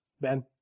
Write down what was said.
Ben